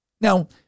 Now